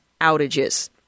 outages